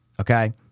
okay